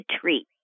treat